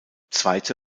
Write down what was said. zweite